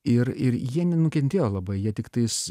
ir ir jie nenukentėjo labai jie tiktais